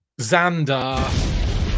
Xandar